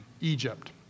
Egypt